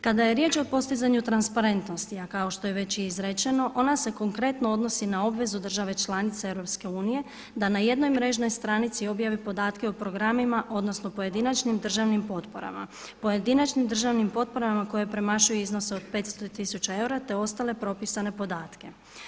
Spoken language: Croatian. Kada je riječ o postizanju transparentnosti a kao što je već i izrečeno ona se konkretno odnosi na obvezu države članice Europske unije da na jednoj mrežnoj stranici objavi podatke o programima odnosno o pojedinačnim državnim potporama, pojedinačnim državnim potporama koje premašuju iznos od 500 tisuća eura te ostale propisane podatke.